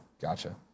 Gotcha